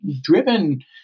driven